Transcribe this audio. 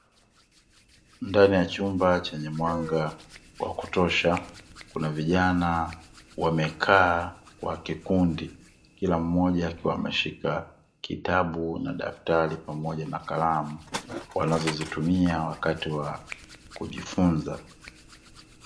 Ndani ya chumba chenye mwanga wa kutosha, kuna vijana wamekaa kwa kikundi kila mmoja akiwa ameshika kitabu na daftari pamoja na kalamu wanazozitumia wakati wa kujifunza.